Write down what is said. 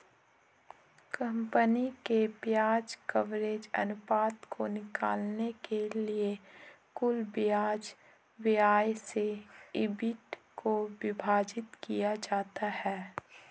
company के ब्याज coverage अनुपात को निकालने के लिए कुल ब्याज व्यय से ईबिट को विभाजित किया जाता है